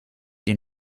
den